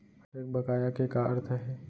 एक बकाया के का अर्थ हे?